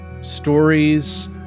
stories